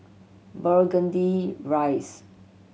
Burgundy Rise